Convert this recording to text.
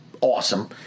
awesome